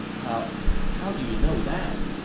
how, ah how do you know that?